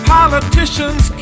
Politicians